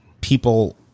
people